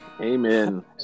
Amen